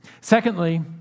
Secondly